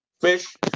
Fish